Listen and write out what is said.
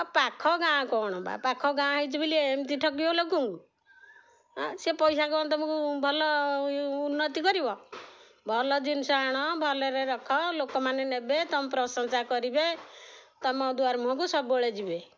ଆଉ ପାଖ ଗାଁ କ'ଣ ବା ପାଖ ଗାଁ ହେଇଛି ବୋଲି ଏମିତି ଠକିବ ଲୋକଙ୍କୁ ସେ ପଇସା କ'ଣ ତମକୁ ଭଲ ଉନ୍ନତି କରିବ ଭଲ ଜିନିଷ ଆଣ ଭଲରେ ରଖ ଲୋକମାନେ ନେବେ ତମ ପ୍ରଶଂସା କରିବେ ତମ ଦୁଆର ମୁହଁକୁ ସବୁବେଳେ ଯିବେ